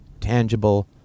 tangible